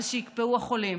אז שיקפאו החולים.